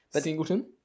Singleton